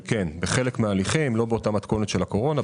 כן, בחלק מההליכים, לא באותה מתכונת של הקורונה.